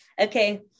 okay